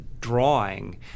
drawing